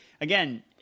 again